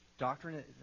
Doctrine